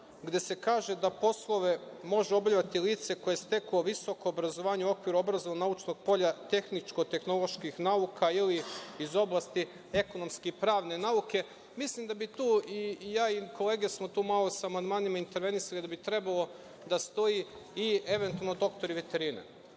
gde se kaže da poslove može obavljati lice koje je steklo visoko obrazovanje u okviru obrazovnog naučnog polja tehničko-tehnoloških nauka ili iz oblasti ekonomski-pravne nauke. Mislim da bi tu, kolege i ja smo malo sa amandmani intervenisali, da bi trebalo da stoji – i eventualno doktori veterine.